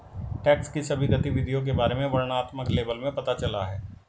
tax की सभी गतिविधियों के बारे में वर्णनात्मक लेबल में पता चला है